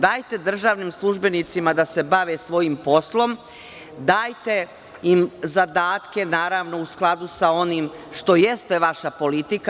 Dajte državnim službenicima da se bave svojim poslom, dajte im zadatke, naravno, u skladu sa onim što jeste vaša politika.